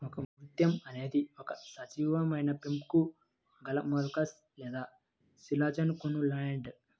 ఒకముత్యం అనేది ఒక సజీవమైనపెంకు గలమొలస్క్ లేదా శిలాజకోనులారియిడ్